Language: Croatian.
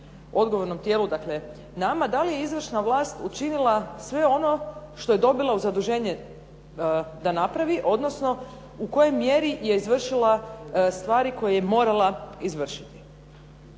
odgovornom tijelu, dakle nama da li je izvršna vlast učinila sve ono što je dobila u zaduženje da napravi, odnosno u kojoj mjeri je izvršila stvari koje je morala izvršiti.